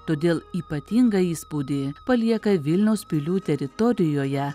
todėl ypatingą įspūdį palieka vilniaus pilių teritorijoje